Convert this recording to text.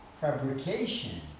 fabrication